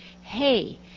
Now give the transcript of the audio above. Hey